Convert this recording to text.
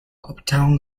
uptown